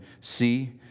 See